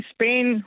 Spain